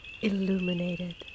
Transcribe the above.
Illuminated